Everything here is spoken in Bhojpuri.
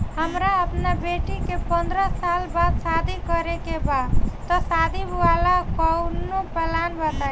हमरा अपना बेटी के पंद्रह साल बाद शादी करे के बा त शादी वाला कऊनो प्लान बताई?